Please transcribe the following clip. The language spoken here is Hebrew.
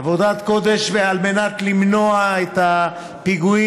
עבודת קודש על מנת למנוע את הפיגועים,